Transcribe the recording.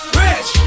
rich